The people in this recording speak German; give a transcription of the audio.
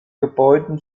gebäuden